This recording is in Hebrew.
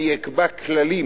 אני אקבע כללים